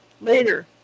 later